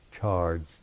charged